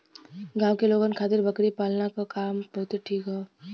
गांव के लोगन खातिर बकरी पालना क काम बहुते ठीक हौ